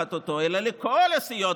ששולחת אותו אלא אצל כל הסיעות,